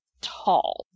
tall